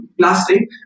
plastic